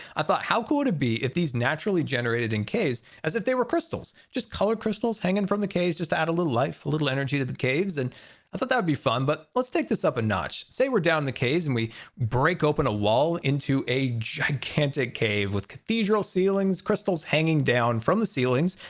i thought, how cool would it be if these naturally generated in caves as if they were crystals, just color crystals hanging from the caves just to add a little life, a little energy to the caves. and i thought that would be fun. but let's take this up a notch. say we're down the caves, and we break open a wall into a gigantic cave with cathedral ceilings, crystals hanging down from the ceilings.